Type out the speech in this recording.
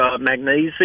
magnesium